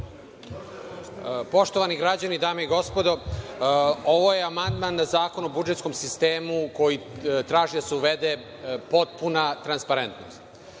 Poštovani građani, dame i gospodo, ovo je amandman na Zakon o budžetskom sistemu, koji traži da se uvede potpuna transparentnost. Znači,